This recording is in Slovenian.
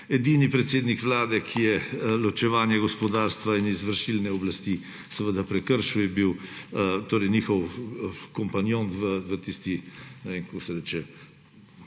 Edini predsednik Vlade, ki je ločevanje gospodarstva in izvršilne oblasti seveda prekršil, je bil njihov kompanjon v tisti, ne vem, kako se reče,